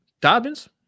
Dobbins